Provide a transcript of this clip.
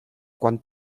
quan